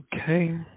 Okay